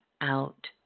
out